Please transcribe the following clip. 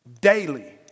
Daily